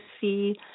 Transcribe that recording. see